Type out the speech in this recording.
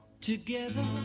together